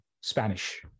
Spanish